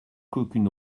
qu’aucune